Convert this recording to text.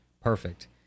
perfect